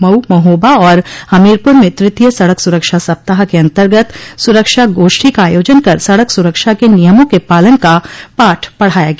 मऊ महोबा और हमीरपुर में तृतीय सड़क सुरक्षा सप्ताह के अन्तर्गत सुरक्षा गोष्ठी का आयोजन कर सड़क सुरक्षा के नियमों के पालन का पाठ पढ़ाया गया